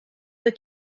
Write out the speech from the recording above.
the